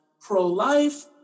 pro-life